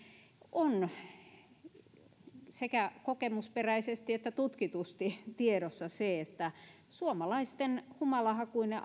on sekä kokemusperäisesti että tutkitusti tiedossa se että suomalaisten humalahakuinen